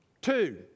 Two